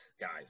guys